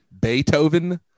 Beethoven